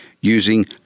using